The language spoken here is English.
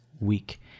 week